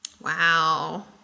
Wow